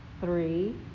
three